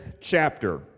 chapter